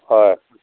হয়